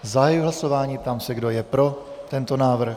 Zahajuji hlasování a ptám se, kdo je pro tento návrh.